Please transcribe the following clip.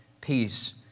peace